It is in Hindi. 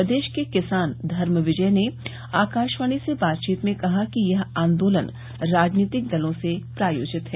प्रदेश के किसान धर्म विजय ने आकाशवाणी से बातचीत में कहा कि यह आंदोलन राजनीतिक दलों से प्रायोजित है